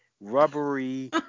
rubbery